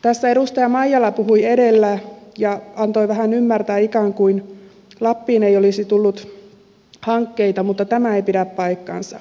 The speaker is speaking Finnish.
tässä edustaja maijala puhui edellä ja antoi vähän ymmärtää ikään kuin lappiin ei olisi tullut hankkeita mutta tämä ei pidä paikkaansa